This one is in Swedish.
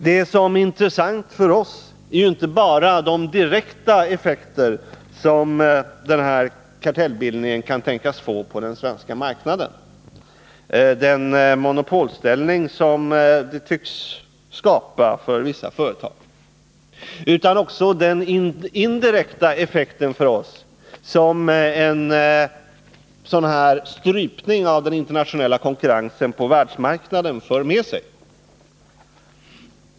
Det som är intressant för oss är inte bara de direkta effekter som kartellbildningen kan tänkas få på den svenska marknaden, den monopolställning som den tycks skapa för vissa företag, utan också den indirekta effekt på oss som en strypning av den internationella konkurrensen på världsmarknaden för med sig.